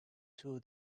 two